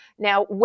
Now